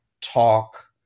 talk